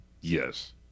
Yes